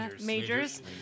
Majors